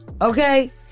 okay